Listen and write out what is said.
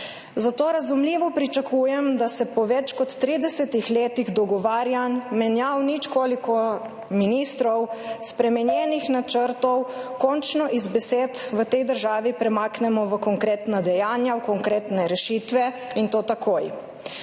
Zato razumljivo pričakujem, da se po več kot 30 letih dogovarjanj, menjav nič koliko ministrov, spremenjenih načrtov končno od besed v tej državi premaknemo h konkretnim dejanjem, h konkretnim rešitvam in to takoj.